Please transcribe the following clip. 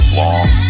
long